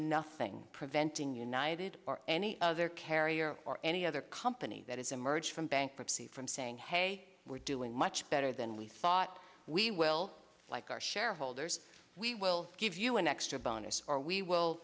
nothing preventing united or any other carrier or any other company that has emerged from bankruptcy from saying hey we're doing much better than we thought we will like our shareholders we will give you an extra bonus or we will